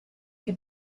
che